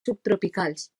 subtropicals